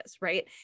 right